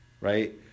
right